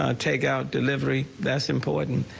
ah takeout, delivery, that's important.